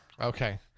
Okay